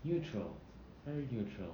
neutral very neutral